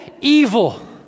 evil